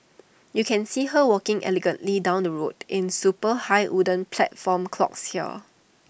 you can see her walking elegantly down the street in super high wooden platform clogs here